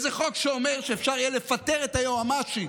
זה חוק שאומר שאפשר יהיה לפטר את היועמ"שית,